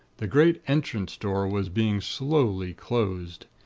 the great entrance door was being slowly closed.